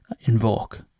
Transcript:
invoke